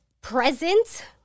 present